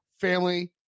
family